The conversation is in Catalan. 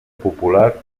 popular